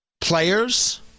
players